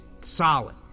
solid